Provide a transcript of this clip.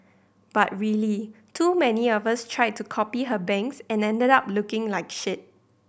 but really too many of us tried to copy her bangs and ended up looking like shit